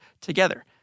together